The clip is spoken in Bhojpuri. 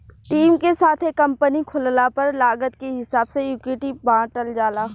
टीम के साथे कंपनी खोलला पर लागत के हिसाब से इक्विटी बॉटल जाला